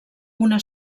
una